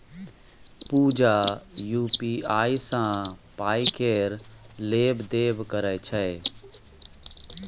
पुजा UPI सँ पाइ केर लेब देब करय छै